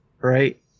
Right